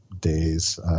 days